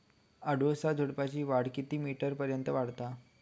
अडुळसा झुडूपाची वाढ कितक्या मीटर पर्यंत वाढता?